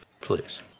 please